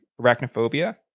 Arachnophobia